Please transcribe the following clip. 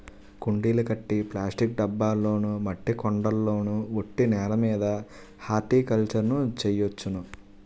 కుండీలు కట్టి ప్లాస్టిక్ డబ్బాల్లోనా మట్టి కొండల్లోన ఒట్టి నేలమీద హార్టికల్చర్ ను చెయ్యొచ్చును